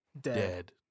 Dead